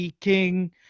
King